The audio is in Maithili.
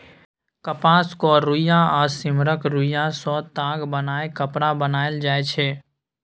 कपासक रुइया आ सिम्मरक रूइयाँ सँ ताग बनाए कपड़ा बनाएल जाइ छै